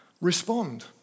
respond